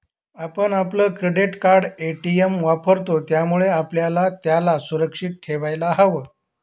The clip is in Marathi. आपण आपलं क्रेडिट कार्ड, ए.टी.एम वापरतो, त्यामुळे आपल्याला त्याला सुरक्षित ठेवायला हव